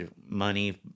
money